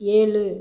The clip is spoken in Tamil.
ஏழு